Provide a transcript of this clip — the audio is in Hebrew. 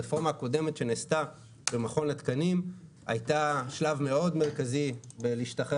הרפורמה הקודמת שנעשתה במכון התקנים הייתה שלב מאוד מרכזי בלהשתחרר